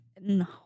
no